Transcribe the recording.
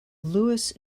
lewis